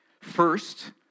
First